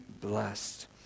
blessed